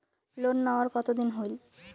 Loan নেওয়ার কতদিন হইল?